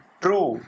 true